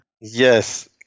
yes